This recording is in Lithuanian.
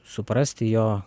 suprasti jo